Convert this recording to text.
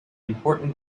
important